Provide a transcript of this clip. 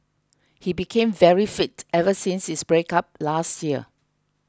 he became very fit ever since his breakup last year